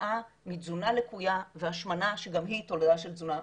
כתוצאה מתזונה לקויה והשמנה שגם היא תולדה של תזונה מזיקה.